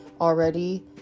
already